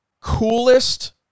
coolest